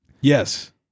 Yes